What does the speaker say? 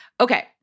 Okay